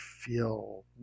feel